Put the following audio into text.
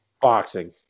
Boxing